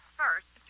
first